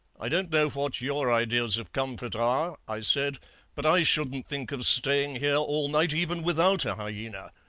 i don't know what your ideas of comfort are i said but i shouldn't think of staying here all night even without a hyaena.